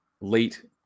Late